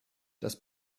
das